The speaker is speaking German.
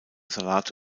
salat